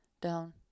down